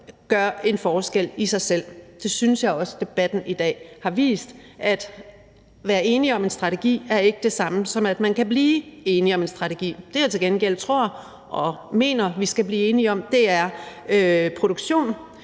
gør en forskel i sig selv. Jeg synes også, at debatten i dag har vist, at det at være enig om en strategi ikke er det samme, som at man kan blive enig om en strategi. Det, jeg til gengæld tror og mener vi skal blive enige om, er, at vaccineproduktion